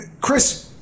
Chris